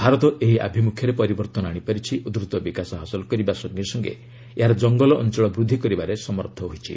ଭାରତ ଏହି ଆଭିମୁଖ୍ୟରେ ପରିବର୍ତ୍ତନ ଆଣିପାରିଛି ଓ ଦ୍ରତ ବିକାଶ ହାସଲ କରିବା ସଙ୍ଗେ ସଙ୍ଗେ ଏହାର ଜଙ୍ଗଲ ଅଞ୍ଚଳ ବୃଦ୍ଧି କରିବାରେ ସମର୍ଥ ହୋଇଛି